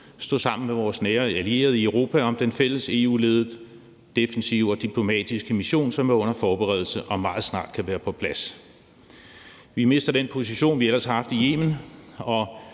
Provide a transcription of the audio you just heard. stå sammen med vores nære allierede i Europa om den fælles EU-ledede defensive og diplomatiske mission, som er under forberedelse og meget snart kan være på plads. Vi mister den position, vi ellers har haft i Yemen,